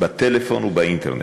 בטלפון ובאינטרנט,